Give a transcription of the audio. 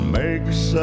makes